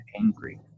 angry